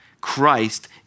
Christ